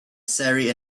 surrey